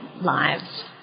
lives